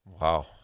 Wow